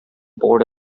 board